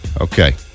Okay